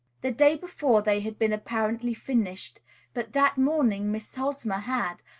the day before they had been apparently finished but that morning miss hosmer had,